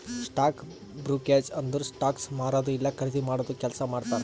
stock brokerage ಅಂದುರ್ stocks ಮಾರದು ಇಲ್ಲಾ ಖರ್ದಿ ಮಾಡಾದು ಕೆಲ್ಸಾ ಮಾಡ್ತಾರ್